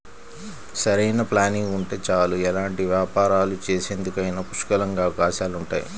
సరైన ప్లానింగ్ ఉంటే చాలు ఎలాంటి వ్యాపారాలు చేసేందుకైనా పుష్కలంగా అవకాశాలుంటాయి